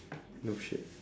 no shit